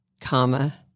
comma